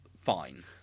fine